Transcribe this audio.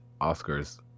Oscars